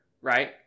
right